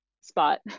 spot